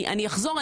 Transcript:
אני אחזור,